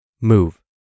Move